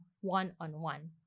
one-on-one